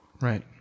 Right